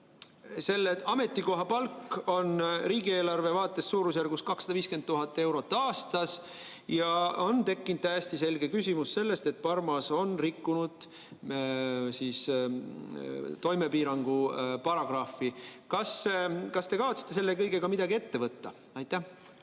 Selle ametikoha palk on riigieelarve järgi umbes 250 000 eurot aastas ja on tekkinud täiesti selge küsimus sellest, et Parmas on rikkunud toimepiirangu paragrahvi. Kas te kavatsete selle kõigega midagi ette võtta? Maris